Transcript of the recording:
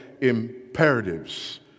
imperatives